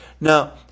Now